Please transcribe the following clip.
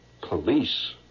Police